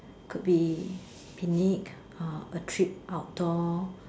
could be picnic or a trip outdoor